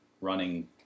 running